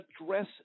address